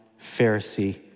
Pharisee